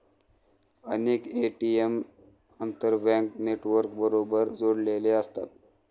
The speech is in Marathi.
अनेक ए.टी.एम आंतरबँक नेटवर्कबरोबर जोडलेले असतात